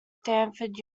stanford